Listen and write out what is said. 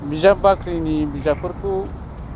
बिजाब बाख्रिनि बिजाबफोरखौ